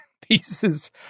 pieces